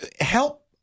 help